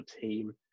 team